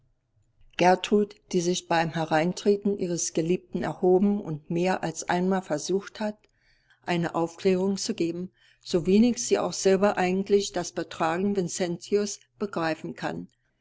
gertrud die sich beim hereintreten ihres geliebten erhoben und mehr als einmal versucht hat eine aufklärung zu geben so wenig sie auch selber eigentlich das betragen vincentius begreifen kann